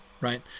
right